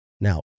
Now